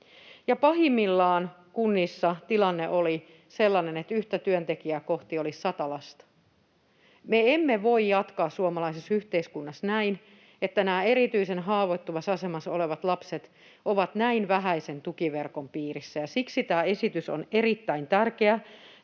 pahimmillaan kunnissa tilanne oli sellainen, että yhtä työntekijää kohti oli 100 lasta. Me emme voi jatkaa suomalaisessa yhteiskunnassa näin, että erityisen haavoittuvassa asemassa olevat lapset ovat näin vähäisen tukiverkon piirissä, ja siksi tämä esitys on erittäin tärkeä.